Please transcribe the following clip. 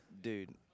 dude